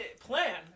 Plan